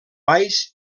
baix